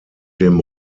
dem